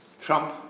Trump